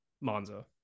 Monza